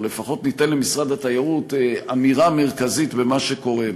או לפחות ניתן למשרד התיירות אמירה מרכזית במה שקורה בו,